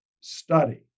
study